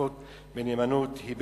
משותפות בנאמנות היא,